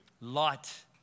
Light